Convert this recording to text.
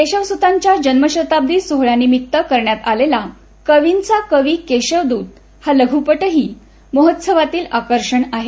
केशवसुतांच्या जन्मशताब्दी सोहळ्यानिमित्त करण्यात आलेला कवींचा कवी केशवदुत हा लघ्रपटही महोत्सवातील आकर्षण आहे